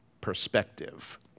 perspective